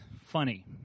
funny